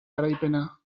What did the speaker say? garaipena